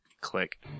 click